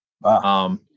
Wow